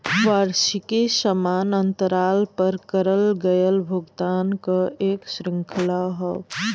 वार्षिकी समान अंतराल पर करल गयल भुगतान क एक श्रृंखला हौ